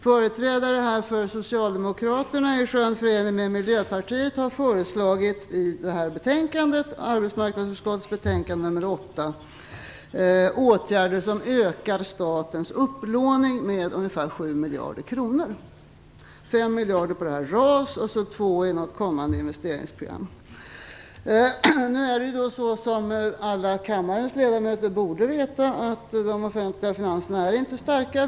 Företrädare för Socialdemokraterna i skön förening med företrädare för Miljöpartiet har i arbetsmarknadsutskottets betänkande nr 8 föreslagit åtgärder som ökar statens upplåning med ungefär 7 miljarder kronor - 5 miljarder för RAS och 2 miljarder i något kommande investeringsprogram. Som alla kammarens ledamöter borde veta är de offentliga finanserna inte starka.